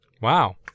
Wow